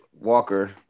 Walker